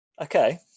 Okay